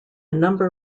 number